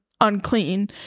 unclean